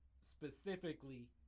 specifically